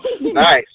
Nice